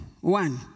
One